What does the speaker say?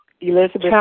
Elizabeth